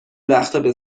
وقتابه